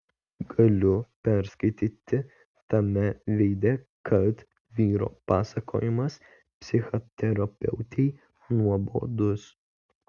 galiu perskaityti tame veide kad vyro pasakojimas psichoterapeutei nuobodus